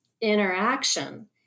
interaction